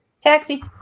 Taxi